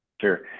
Sure